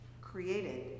created